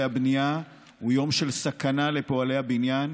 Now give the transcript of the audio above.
הבנייה הוא יום של סכנה לפועלי הבניין